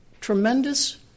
tremendous